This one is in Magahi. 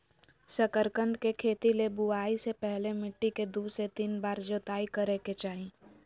शकरकंद के खेती ले बुआई से पहले मिट्टी के दू से तीन बार जोताई करय के चाही